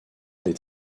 des